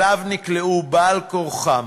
שאליו הם נקלעו על-כורחם,